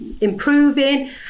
improving